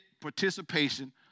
participation